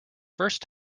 first